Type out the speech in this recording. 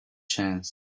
chance